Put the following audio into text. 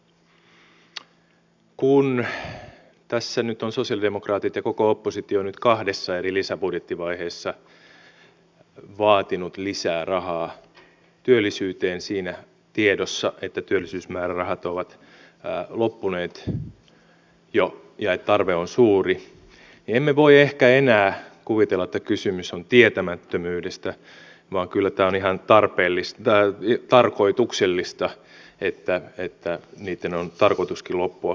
kun tässä nyt ovat sosialidemokraatit ja koko oppositio kahdessa eri lisäbudjettivaiheessa vaatineet lisää rahaa työllisyyteen siinä tiedossa että työllisyysmäärärahat ovat loppuneet jo ja että tarve on suuri niin emme voi ehkä enää kuvitella että kysymys on tietämättömyydestä vaan kyllä tämä on ihan tarkoituksellista että niitten on tarkoituskin loppua kesken